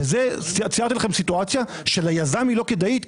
וזה, ציירתי לכם סיטואציה שליזם היא לא כדאית.